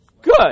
Good